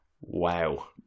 Wow